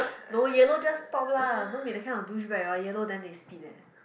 no yellow just stop lah don't be that kind of douchebag orh yellow then they speed leh